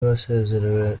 basezerewe